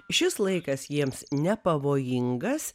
šis laikas jiems nepavojingas